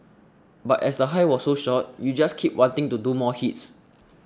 but as the high was so short you just keep wanting to do more hits